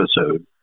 episode